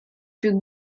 più